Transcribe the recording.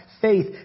faith